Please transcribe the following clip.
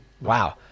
wow